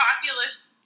populist